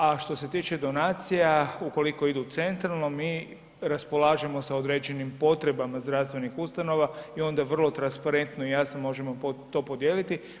A što se tiče donacija ukoliko idu centralno mi raspolažemo sa određenim potrebama zdravstvenih ustanova i onda vrlo transparentno i jasno možemo to podijeliti.